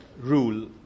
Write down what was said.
rule